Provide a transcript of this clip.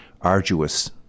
arduous